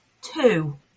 Two